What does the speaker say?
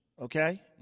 okay